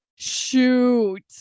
shoot